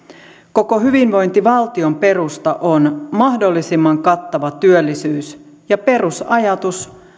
koko hyvinvointivaltion perusta on mahdollisimman kattava työllisyys ja perusajatus